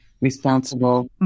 responsible